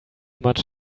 much